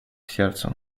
сердцу